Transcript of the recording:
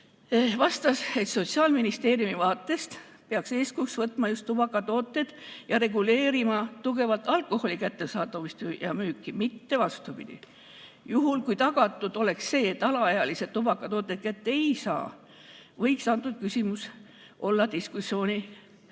vastas, et Sotsiaalministeeriumi vaates peaks eeskujuks võtma just tubakatooted ja reguleerima tugevalt alkoholi kättesaadavust ja müüki, mitte vastupidi. Juhul kui tagatud oleks see, et alaealised tubakatooteid kätte ei saa, võiks antud küsimus olla diskussioonikohaks.